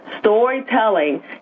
storytelling